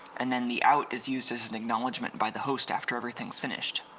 and then the out is used as an acknowledgement by the host after everything's finished.